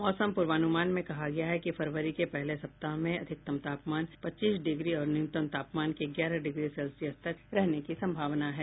मौसम पुर्वानुमान में कहा गया है कि फरवरी के पहले सप्ताह में अधिकतम तापमान पच्चीस डिग्री और न्यूनतम तापमान के ग्यारह डिग्री सेल्सियस तक रहने की सम्भावना है